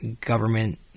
government